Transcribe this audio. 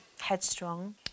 headstrong